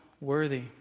worthy